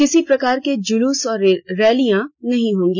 किसी प्रकार के जुलूस और रैलियां नहीं होंगी